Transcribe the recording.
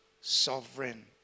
sovereign